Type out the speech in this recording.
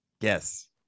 yes